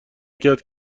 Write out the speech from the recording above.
کرد